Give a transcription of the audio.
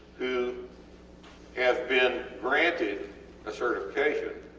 who have been granted a certification